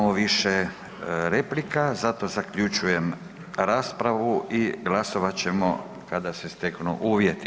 Nemamo više replika, zato zaključujem raspravu i glasovat ćemo kada se steknu uvjeti.